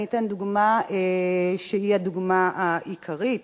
אני אתן דוגמה שהיא הדוגמה העיקרית